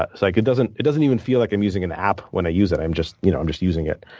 ah like it doesn't it doesn't even feel like i'm using an app when i use it. i'm just you know i'm just using it.